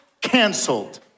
canceled